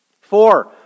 Four